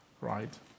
right